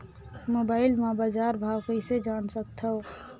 Mobile म बजार भाव कइसे जान सकथव?